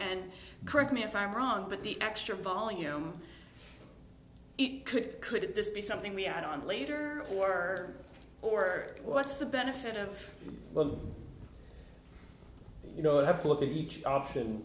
and correct me if i'm wrong but the extra volume could could this be something we add on later or or what's the benefit of you know i have to look at each option